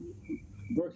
working